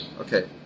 Okay